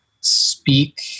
speak